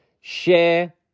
share